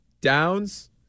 Downs